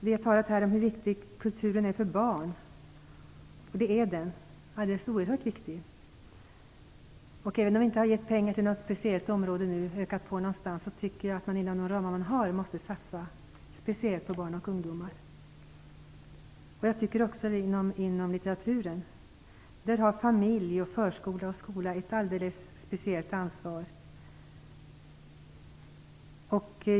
Vi har talat om hur viktig kulturen är för barn. Den är alldeles oerhört viktig. Även om vi inte har ökat på anslagen på något speciellt område nu tycker jag att man måste satsa speciellt på barn och ungdomar inom de ramar man har. Jag tycker också att det skall gälla för litteraturen. Familj, förskola och skola har ett alldeles speciellt ansvar.